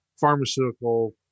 pharmaceutical